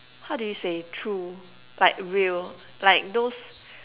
how do you say true like real like those